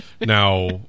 Now